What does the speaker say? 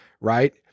right